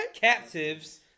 Captives